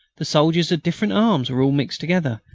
the soldiers of different arms were all mixed together,